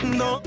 no